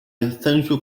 essential